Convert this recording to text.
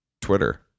Twitter